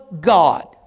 God